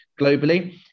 globally